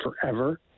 forever